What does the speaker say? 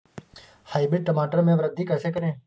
Hybrid टमाटर में वृद्धि कैसे करें?